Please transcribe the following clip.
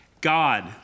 God